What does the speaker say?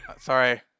Sorry